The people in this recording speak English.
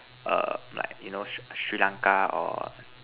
err like you know Sri~ Sri-lanka or